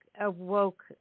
awoke